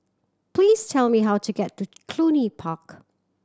please tell me how to get to Cluny Park